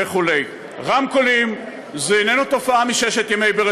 ואני שמח שגם רשות המים,